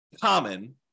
common